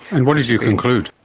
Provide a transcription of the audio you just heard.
and what did you conclude?